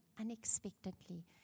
unexpectedly